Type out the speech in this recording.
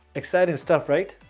exciting stuff, right?